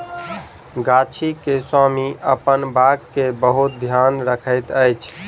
गाछी के स्वामी अपन बाग के बहुत ध्यान रखैत अछि